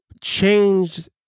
changed